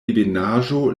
ebenaĵo